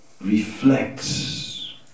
reflects